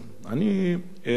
אני סבור